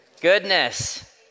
goodness